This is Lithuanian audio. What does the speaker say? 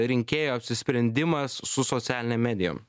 rinkėjų apsisprendimas su socialinėm medijom